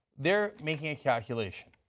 they are making a calculation.